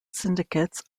syndicates